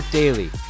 daily